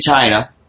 China